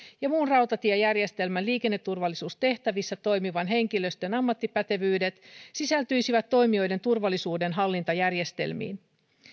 ja muun rautatiejärjestelmän liikenneturvallisuustehtävissä toimivan henkilöstön ammattipätevyydet sisältyisivät toimijoiden turvallisuudenhallintajärjestelmiin